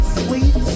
sweet